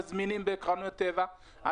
מזמינים בחנויות טבע.